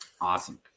Awesome